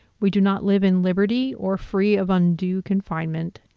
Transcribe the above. we do not live in liberty or free of undue confinement.